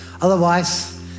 Otherwise